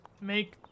make